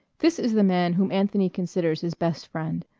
this is the man whom anthony considers his best friend.